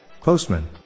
Postman